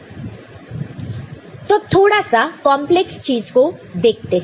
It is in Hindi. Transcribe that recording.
Y1 S'A B' SAB S'A'B' SAB तो अब थोड़ा सा कंपलेक्स चीज को देखते हैं